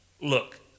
Look